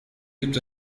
gibt